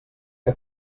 que